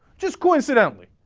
just coincidental.